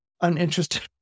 uninterested